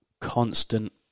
constant